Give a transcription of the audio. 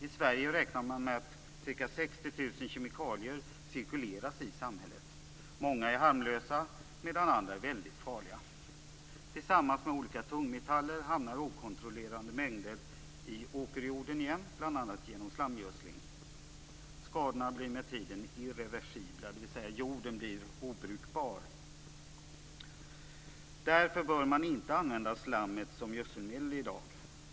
I Sverige räknar man med att ca 60 000 kemikalier cirkuleras i samhället. Många är harmlösa medan andra är väldigt farliga. Tillsammans med olika tungmetaller hamnar okontrollerade mängder i åkerjorden igen, bl.a. genom slamgödsling. Skadorna blir med tiden irreversibla, dvs. jorden blir obrukbar. Därför bör man inte använda slammet som gödselmedel i dag.